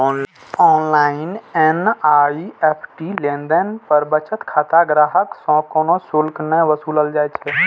online NEFT लेनदेन पर बचत खाता ग्राहक सं कोनो शुल्क नै वसूलल जाइ छै